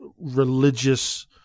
religious